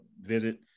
visit